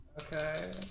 Okay